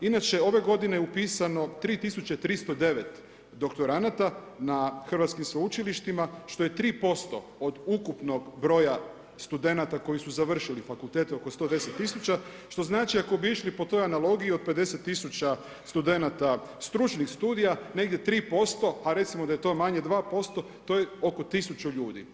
Inače ove godine je upisano 3309 doktoranata na hrvatskim sveučilištima što je 3% od ukupnog broja studenata koji su završili fakultete oko 110 tisuća, što znači ako bi išli po toj analogiji od 50 tisuća studenata stručnih studija negdje 3%, a recimo da je to manje 2% to je oko tisuću ljudi.